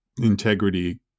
integrity